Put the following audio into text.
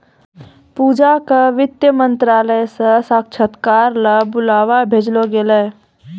पूजा क वित्त मंत्रालय स साक्षात्कार ल बुलावा भेजलो गेलै